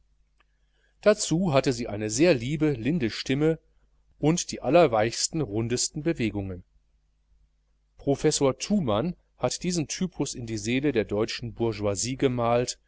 dazu hatte sie eine sehr liebe linde stimme und die allerweichsten rundesten bewegungen professor thumann hat diesen typus in die seele der deutschen bourgeoisie gemalt